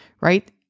right